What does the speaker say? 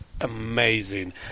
amazing